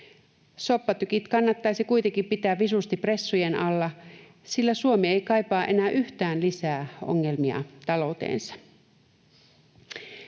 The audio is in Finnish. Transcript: Soppatykit kannattaisi kuitenkin pitää visusti pressujen alla, sillä Suomi ei kaipaa enää yhtään lisää ongelmia talouteensa.